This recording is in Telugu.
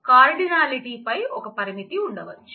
కార్డినలిటీపై ఒక పరిమితి ఉండవచ్చు